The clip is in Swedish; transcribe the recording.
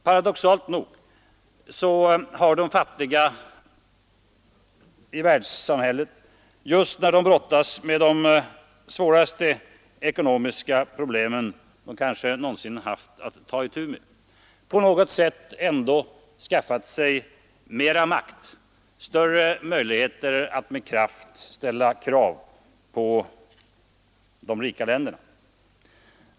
Paradoxalt nog har de fattiga i världssamhället, just när de brottas med de svåraste ekonomiska problem de kanske någonsin haft att ta itu med, på något sätt ändå skaffat sig mera makt, större möjligheter att med kraft ställa krav på de rika länderna.